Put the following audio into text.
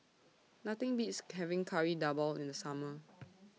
Nothing Beats having Kari Debal in The Summer